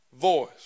voice